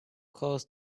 course